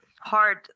hard